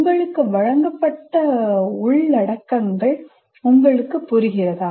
உங்களுக்கு வழங்கப்பட்ட உள்ளடக்கங்கள் உங்களுக்கு புரிகிறதா